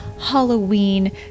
Halloween